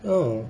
oh